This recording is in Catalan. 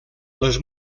les